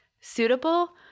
suitable